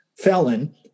felon